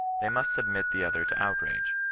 they must submit the other to outrage,